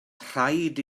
rhaid